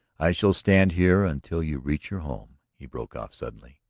i shall stand here until you reach your home, he broke off suddenly.